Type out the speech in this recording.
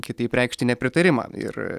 kitaip reikšti nepritarimą ir